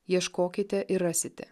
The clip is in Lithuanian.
ieškokite ir rasite